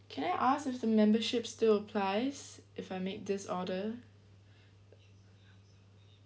can I ask if the membership still applies if I make this order